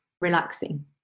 relaxing